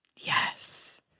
Yes